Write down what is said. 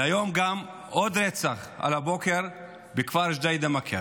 גם היום על הבוקר, עוד רצח בכפר ג'דיידה-מכר.